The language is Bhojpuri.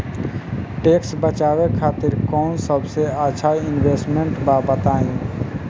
टैक्स बचावे खातिर कऊन सबसे अच्छा इन्वेस्टमेंट बा बताई?